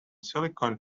silicon